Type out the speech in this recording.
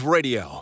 Radio